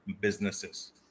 businesses